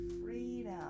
freedom